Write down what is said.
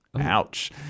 Ouch